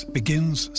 begins